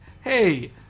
hey